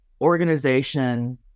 organization